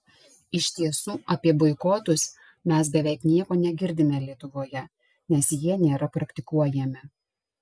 iš tiesų apie boikotus mes beveik nieko negirdime lietuvoje nes jie nėra praktikuojami